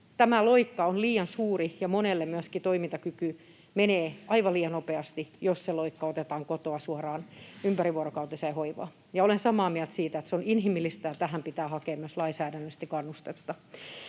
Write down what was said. tämä loikka on liian suuri, ja monelta myöskin toimintakyky menee aivan liian nopeasti, jos se loikka otetaan kotoa suoraan ympärivuorokautiseen hoivaan — ja olen samaa mieltä siitä, että se on inhimillistä ja tähän pitää hakea myös lainsäädännöllisesti kannustetta.